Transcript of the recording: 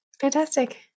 fantastic